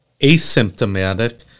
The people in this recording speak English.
asymptomatic